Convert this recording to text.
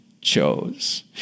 chose